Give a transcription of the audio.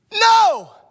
No